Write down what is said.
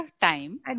time